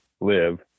live